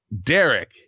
Derek